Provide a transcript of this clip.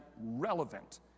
relevant